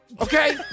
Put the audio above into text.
Okay